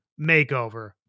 makeover